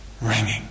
Ringing